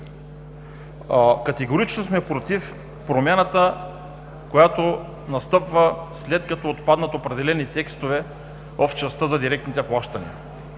Категорично сме против промяната, която настъпва, след като отпаднат определени текстове в частта за директните плащания.